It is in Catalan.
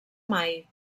mai